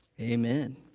Amen